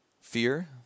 fear